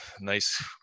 nice